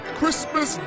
Christmas